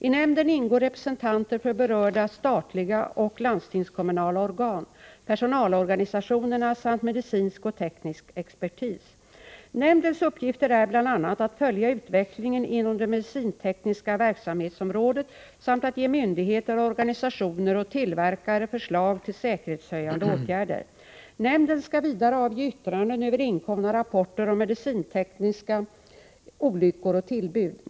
I nämnden ingår representanter för berörda statliga och landstingskommunala organ, personalorganisationerna samt medicinsk och teknisk expertis. Nämndens uppgifter är bl.a. att följa utvecklingen inom det medicintekniska verksamhetsområdet samt att ge myndigheter, organisationer och tillverkare förslag till säkerhetshöjande åtgärder. Nämnden skall vidare avge yttranden över inkomna rapporter om medicintekniska olyckor och tillbud.